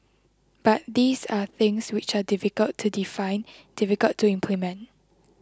but these are things which are difficult to define difficult to implement